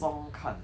中看